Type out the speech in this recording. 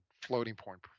floating-point